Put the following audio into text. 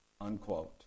unquote